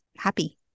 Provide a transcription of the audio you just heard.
happy